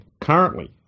Currently